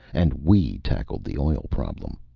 and we tackled the oil problem.